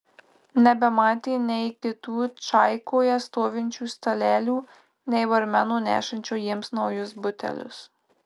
nebematė nei kitų čaikoje stovinčių stalelių nei barmeno nešančio jiems naujus butelius